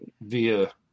via